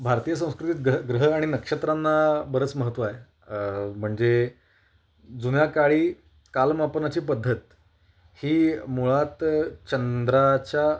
भारतीय संस्कृतीत ग ग्रह आणि नक्षत्रांना बरंच महत्त्व आहे म्हणजे जुन्या काळी कालमापनाची पद्धत ही मुळात चंद्राच्या